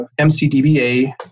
MCDBA